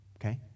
Okay